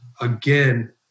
again